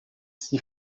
s’y